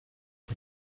mae